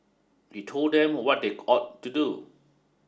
he told them what they ought to do